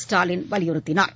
ஸ்டாலின் வலியுறுத்தினார்